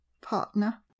partner